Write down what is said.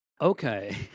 Okay